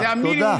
תודה.